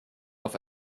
auf